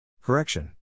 Correction